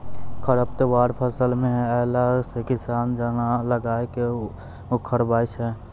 खरपतवार फसल मे अैला से किसान जन लगाय के उखड़बाय छै